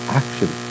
action